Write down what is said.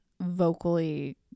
vocally